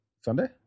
sunday